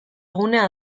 gunea